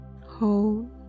hold